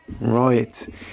Right